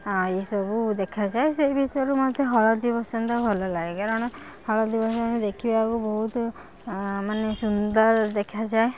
ଆ ଏଇ ସବୁ ଦେଖାଯାଏ ସେ ଭିତରୁ ମତେ ହଳଦୀବସନ୍ତ ଭଲ ଲାଗେ କାରଣ ହଳଦୀବସନ୍ତ ଦେଖିବାକୁ ବହୁତ ମାନେ ସୁନ୍ଦର ଦେଖାଯାଏ